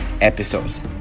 episodes